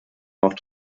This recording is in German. noch